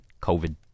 COVID